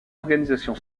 organisation